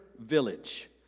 village